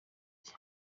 cye